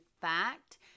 fact